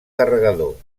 carregador